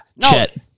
Chet